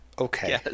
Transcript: Okay